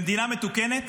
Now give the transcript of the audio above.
במדינה מתוקנת